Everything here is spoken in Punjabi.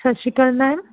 ਸਤਿ ਸ਼੍ਰੀ ਅਕਾਲ ਮੈਮ